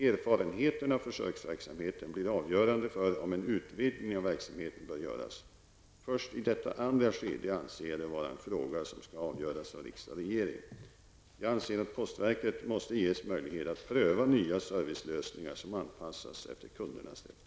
Erfarenheterna av försöksverksamheten blir avgörande för om en utvidgning av verksamheterna bör göras. Först i detta andra skede anser jag det vara en fråga som skall avgöras av riksdag och regering. Jag anser att postverket måste ges möjlighet att pröva nya servicelösningar som anpassas efter kundernas efterfrågan.